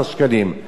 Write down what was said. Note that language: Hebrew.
ג'מאל זחאלקה,